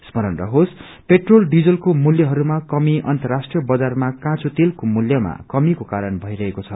स्मरण रहोस पेट्रोल डिजलको मूल्यहरूमा कमी अन्तराष्ट्रिय बजारमा काँचो तेलको मूल्याम कमीको कारण भइरहेको छ